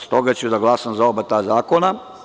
S toga ću da glasam za oba ta zakona.